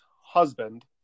husband